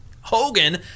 Hogan